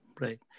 right